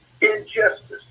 injustice